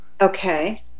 Okay